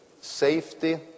safety